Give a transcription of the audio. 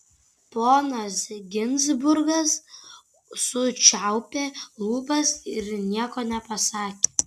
ponas ginzburgas sučiaupė lūpas ir nieko nepasakė